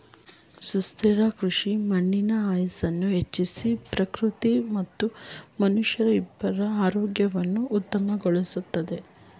ಸುಸ್ಥಿರ ಕೃಷಿ ಮಣ್ಣಿನ ಆಯಸ್ಸನ್ನು ಹೆಚ್ಚಿಸಿ ಪ್ರಕೃತಿ ಮತ್ತು ಮನುಷ್ಯರ ಇಬ್ಬರ ಆರೋಗ್ಯವನ್ನು ಉತ್ತಮಗೊಳಿಸುತ್ತದೆ